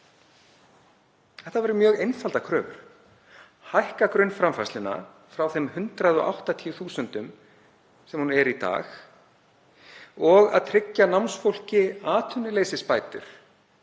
Þetta voru mjög einfaldar kröfur; að hækka grunnframfærsluna frá þeim 180.000 sem hún er í dag og tryggja námsfólki atvinnuleysisbætur,